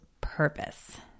purpose